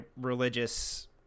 religious